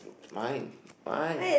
mine mine